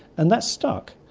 and that stuck.